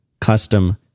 custom